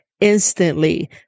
instantly